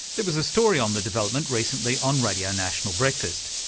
there was a story on the development recently on radio national breakfast.